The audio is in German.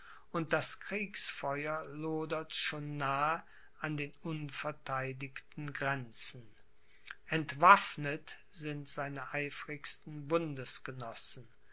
und das kriegsfeuer lodert schon nahe an den unvertheidigten grenzen entwaffnet sind seine eifrigsten